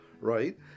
right